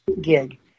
gig